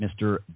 Mr